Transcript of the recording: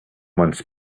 months